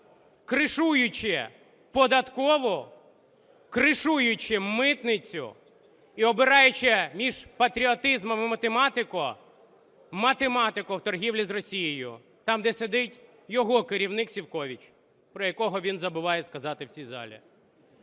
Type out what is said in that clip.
"кришуючи" податкову, "кришуючи" митницю і обираючи між патріотизмом і математикою – математику в торгівлі з Росією, там, де сидить його керівник Сівкович, про якого він забуває сказати в цій залі.